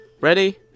Ready